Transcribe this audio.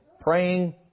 praying